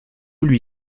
lui